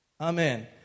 Amen